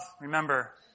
remember